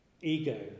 ego